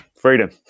Freedom